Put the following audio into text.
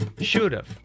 should've